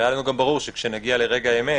והיה לנו גם ברור שכאשר נגיע לרגע האמת,